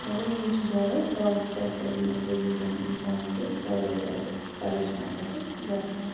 مگر یِم چھِ زیادٕ خاص فیٚکٹَر یِمو ذٔریعہِ زَن اِنسان چھُ وارِیاہ زیادٕ پَریشان پَتہٕ گژھان